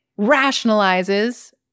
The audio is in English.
rationalizes